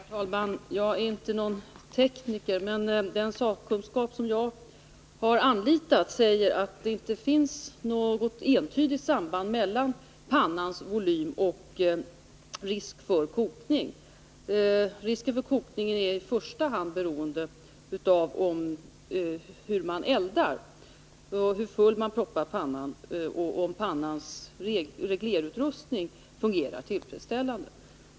Herr talman! Jag är inte någon tekniker, men den sakkunskap som jag har anlitat säger att det inte finns något entydigt samband mellan pannans volym och risken för kokning. Risken för kokning är i första hand beroende av hur man eldar och hur full man proppar pannan samt av om pannans reglerutrustning fungerar tillfredsställande.